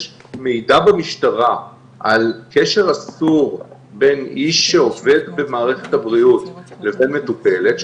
מידע במשטרה על קשר אסור בין איש שעובד במערכת הבריאות לבין מטופלת,